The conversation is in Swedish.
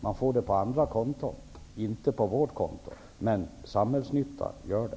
Man får det på andra konton och inte på vårt konto, men samhällsnytta gör de.